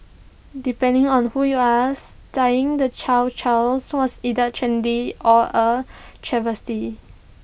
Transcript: depending on who you ask dyeing the chow Chows was either trendy or A travesty